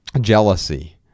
jealousy